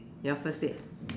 your first date